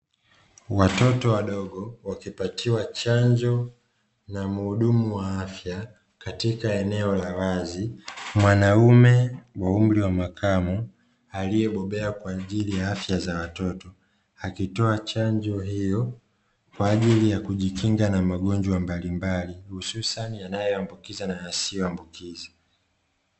Watoto wadogo wakopatiwa chanjo na muhudumu wa afya katika eneo la wazi, mwanaume wa umri wa makamo aliobobea kwenye huduma ya afya za watoto, akitoa chanjo hiyo kwa ajili ya kujikinga na magonjwa mbalimbali hususani yanayoambukiza na yasiyoambukiza.